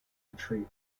retreat